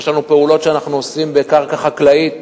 יש לנו פעולות שאנחנו עושים בקרקע חקלאית,